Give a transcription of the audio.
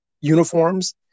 uniforms